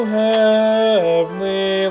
heavenly